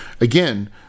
again